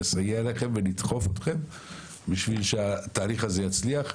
נסייע לכם ונדחוף אתכם בשביל שהתהליך הזה יצליח.